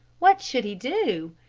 what should he do?